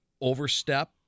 overstep